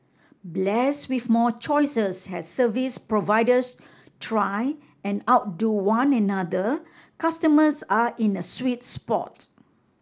blessed with more choices as service providers try and outdo one another customers are in a sweet spot